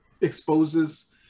exposes